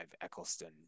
Eccleston